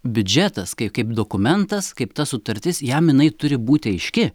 biudžetas kaip kaip dokumentas kaip ta sutartis jam jinai turi būti aiški